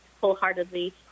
wholeheartedly